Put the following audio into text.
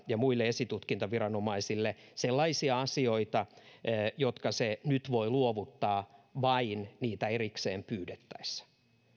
ja muille esitutkintaviranomaisille tiettyjä asioita sellaisia asioita jotka se nyt voi luovuttaa vain niitä erikseen pyydettäessä